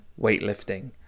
weightlifting